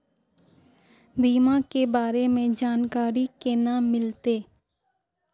बीमा के बारे में जानकारी केना मिलते?